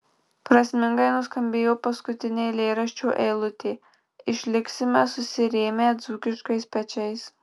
prasmingai nuskambėjo paskutinė eilėraščio eilutė išliksime susirėmę dzūkiškais pečiais